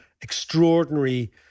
extraordinary